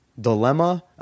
Dilemma